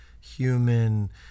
human